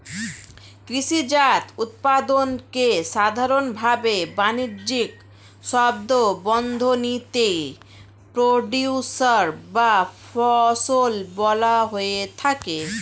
কৃষিজাত উৎপাদনকে সাধারনভাবে বানিজ্যিক শব্দবন্ধনীতে প্রোডিউসর বা ফসল বলা হয়ে থাকে